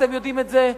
ואתם יודעים את זה,